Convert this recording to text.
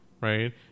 right